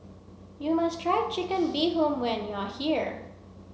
you must try chicken bee hoon when you are here